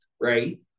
right